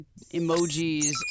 emojis